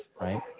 right